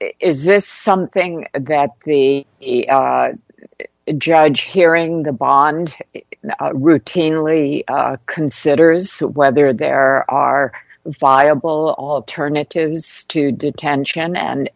is this something that the judge hearing the bond routinely considers whether there are viable alternatives to detention and